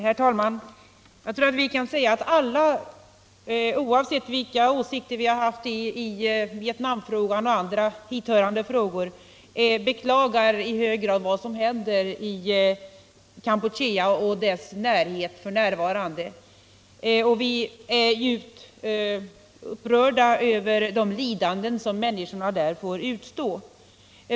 Herr talman! Jag tror vi kan säga att alla, oavsett vilka åsikter vi har haft i Vietnamfrågan och andra hithörande frågor, i hög grad beklagar vad som händer i Cambodja och dess närhet f. n. Vi är upprörda över de lidanden som människor där får utstå.